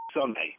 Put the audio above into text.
Sunday